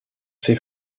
ses